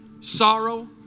sorrow